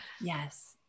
Yes